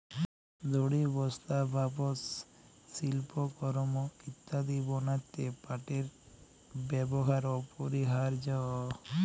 দড়ি, বস্তা, পাপস, সিল্পকরমঅ ইত্যাদি বনাত্যে পাটের ব্যেবহার অপরিহারয অ